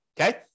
okay